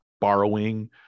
borrowing